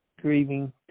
grieving